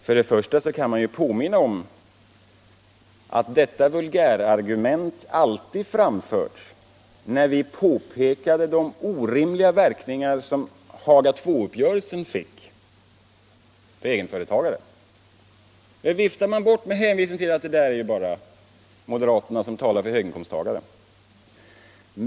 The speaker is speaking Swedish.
Först och främst kan jag påminna om att detta vulgärargument alltid framfördes när vi påpekade de orimliga verkningar som Haga II-uppgörelsen fick för egenföretagare. Den saken viftade man bort med hänvisning till att det bara är moderaterna som talar för höginkomsttagare.